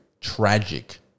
tragic